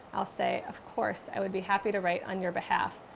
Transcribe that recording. i'll say, of course, i would be happy to write on your behalf.